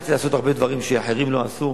הצלחתי לעשות הרבה דברים שאחרים לא עשו,